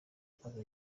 kazi